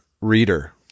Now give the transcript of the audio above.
reader